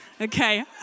Okay